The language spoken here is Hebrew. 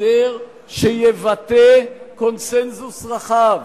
הסדר שיבטא קונסנזוס רחב,